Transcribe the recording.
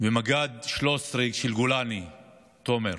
ומג"ד 13 של גולני תומר.